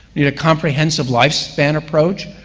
need a comprehensive lifespan approach.